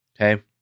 Okay